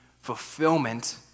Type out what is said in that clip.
fulfillment